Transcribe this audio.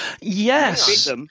Yes